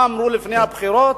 מה אמרו לפני הבחירות?